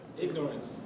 Ignorance